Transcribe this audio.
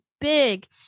Big